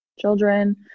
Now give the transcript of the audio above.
children